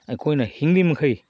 ꯑꯩꯈꯣꯏꯅ ꯍꯤꯡꯂꯤ ꯃꯈꯩ